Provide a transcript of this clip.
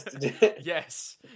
Yes